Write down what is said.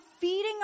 feeding